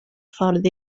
ffordd